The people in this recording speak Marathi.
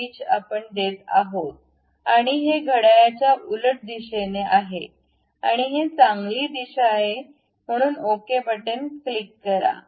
पीच आपण देत आहोत आणि हे घड्याळाच्या उलट दिशेने आहे आणि हे चांगली दिशा आहे ओके बटन क्लिक करा